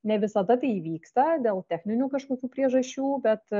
ne visada tai įvyksta dėl techninių kažkokių priežasčių bet